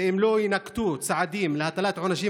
ואם לא יינקטו צעדים להטלת עונשים